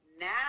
Now